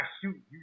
shoot